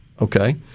Okay